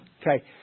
Okay